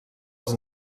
als